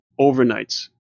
overnights